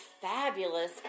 fabulous